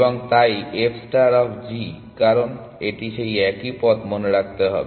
এবং তাই f star of g কারণ এটি সেই একই পথ মনে রাখতে হবে